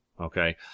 Okay